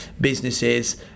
businesses